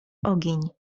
ogień